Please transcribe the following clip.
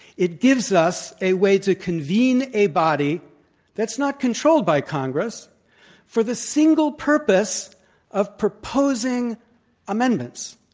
it gives us a way to convene a body that's not controlled by congress for the single purpose of proposing amendments.